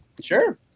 Sure